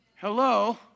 hello